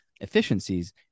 efficiencies